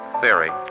theory